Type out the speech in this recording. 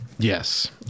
Yes